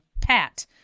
Pat